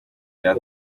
rya